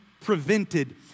prevented